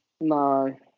no